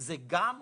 זה גם חוק